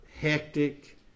hectic